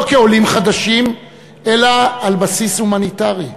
לא כעולים חדשים אלא על בסיס הומניטרי.